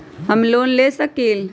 हम लोन ले सकील?